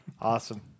Awesome